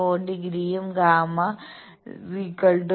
4 ഡിഗ്രിയും ഗാമ Γ0